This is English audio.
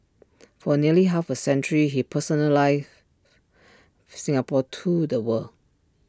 for nearly half A century he personalize Singapore to the world